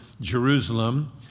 Jerusalem